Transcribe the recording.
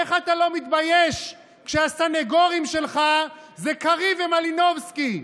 איך אתה לא מתבייש כשהסנגורים שלך הם קריב ומלינובסקי?